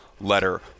letter